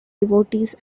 devotees